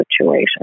situation